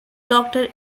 doctor